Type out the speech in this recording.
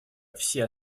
все